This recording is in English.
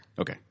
Okay